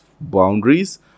boundaries